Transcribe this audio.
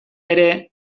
ere